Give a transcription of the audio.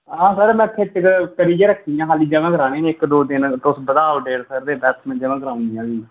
हां सर में खिच्च करियै रक्खी दियां खाल्ली ज'मा करानियां इक दो दिन तुस बधाओ डेट सर ते बस में ज'मा कराई उड़नियां फ्ही